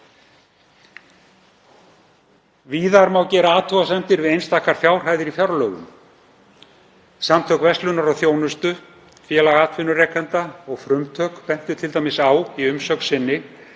Víðar má gera athugasemdir við einstakar fjárhæðir í fjárlögum. Samtök verslunar og þjónustu, Félag atvinnurekenda og Frumtök bentu t.d. á í umsögn sinni